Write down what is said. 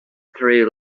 through